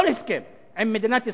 כל הסכם עם מדינת ישראל,